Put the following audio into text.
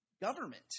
government